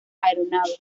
aeronave